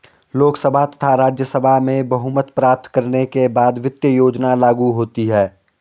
लोकसभा तथा राज्यसभा में बहुमत प्राप्त करने के बाद वित्त योजना लागू होती है